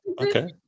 Okay